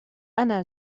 أنا